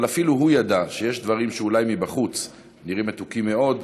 אבל אפילו הוא ידע שיש דברים שאולי מבחוץ נראים מתוקים מאד,